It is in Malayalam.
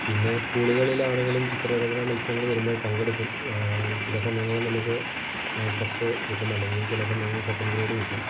പിന്നെ സ്കൂളുകളിലാണെങ്കിലും ചിത്ര രചനാ മത്സരങ്ങൾ വരുമ്പോൾ പങ്കെടുക്കും ചില സമയങ്ങളിൽ നമുക്ക് ഫസ്റ്റ് കിട്ടും അല്ലെങ്കിൽ ചില സമയങ്ങൾ സെക്കൻ ഗ്രേഡ് കിട്ടും